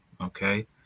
okay